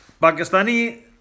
Pakistani